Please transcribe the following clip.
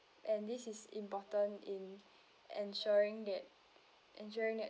and this is important in ensuring that ensuring that